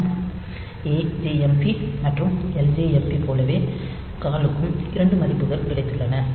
jump ajmp மற்றும் ljmp போலவே call க்கும் இரண்டு பதிப்புகள் கிடைத்துள்ளன